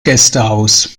gästehaus